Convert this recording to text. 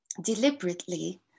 deliberately